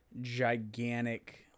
gigantic